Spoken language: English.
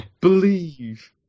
Believe